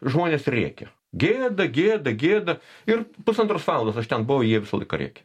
žmonės rėkė gėda gėda gėda ir pusantros valandos aš ten buvau jie visą laiką rėkė